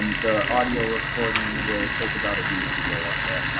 and the audio recording will take about a week ago up there.